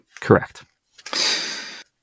Correct